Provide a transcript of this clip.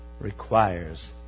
requires